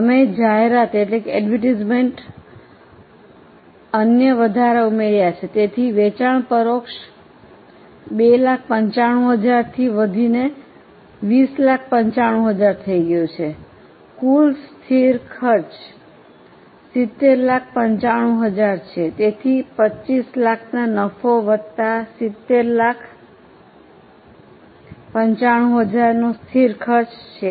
અમે જાહેરાત અન્ય વધારા ઉમેર્યા છે તેથી વેચાણ પરોક્ષ 295000 થી વધીને 2095000 થઈ ગયું છે કુલ સ્થિર ખર્ચ 7095000 છે તેથી 2500000 નફો વત્તા 7095000 સ્થિર ખર્ચ છે